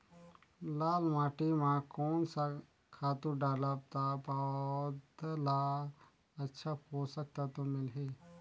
लाल माटी मां कोन सा खातु डालब ता पौध ला अच्छा पोषक तत्व मिलही?